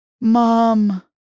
mom